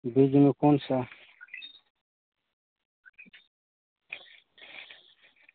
बीज में कौन सा